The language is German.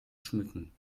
schmücken